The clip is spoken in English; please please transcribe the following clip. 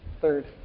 third